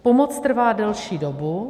Pomoc trvá delší dobu.